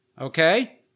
okay